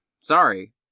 Sorry